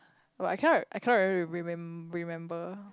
but I canot I cannot really remem~ remember